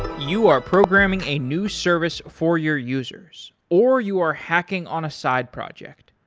you are programming a new service for your users, or you are hacking on a side project.